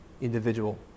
individual